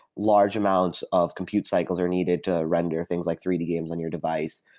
large amounts of compute cycles are needed to render things like three d games on your device,